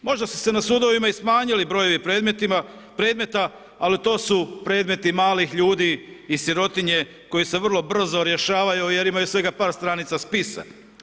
Možda su se na sudovima smanjili brojevi predmeta, ali to su predmeti malih ljudi i sirotinje koji se vrlo brzo rješavaju jer imaju svega par stranica spisa.